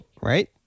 right